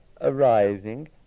arising